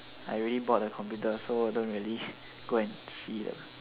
I already bought the computer so I don't really go and see lah